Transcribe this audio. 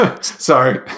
Sorry